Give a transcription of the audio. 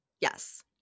Yes